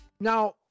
Now